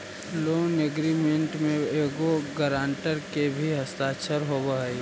loan agreement में एगो guarantor के भी हस्ताक्षर होवऽ हई